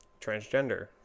transgender